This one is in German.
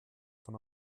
von